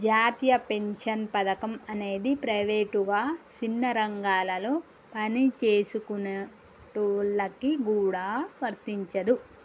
జాతీయ పెన్షన్ పథకం అనేది ప్రైవేటుగా సిన్న రంగాలలో పనిచేసుకునేటోళ్ళకి గూడా వర్తించదు